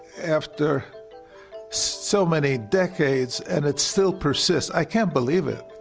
after so many decades and it still persists. i can't believe it.